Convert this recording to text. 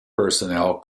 personnel